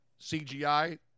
CGI